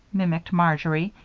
mimicked marjory,